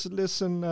listen